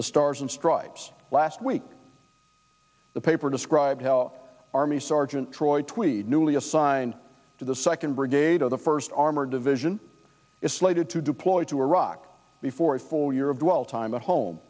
the stars and stripes last week the paper described army sergeant troy tweed newly assigned to the second brigade of the first armored division is slated to deploy to iraq before a full year of dwell time at home